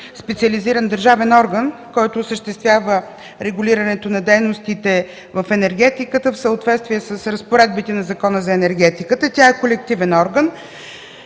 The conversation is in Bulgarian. специализиран държавен орган, който осъществява регулирането на дейностите в енергетиката, в съответствие с разпоредбите на Закона за енергетиката. Тя е колективен орган.